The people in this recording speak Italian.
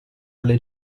alle